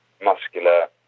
muscular